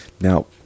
Now